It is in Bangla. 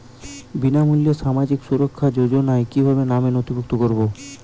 বিনামূল্যে সামাজিক সুরক্ষা যোজনায় কিভাবে নামে নথিভুক্ত করবো?